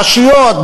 הרשויות,